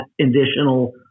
additional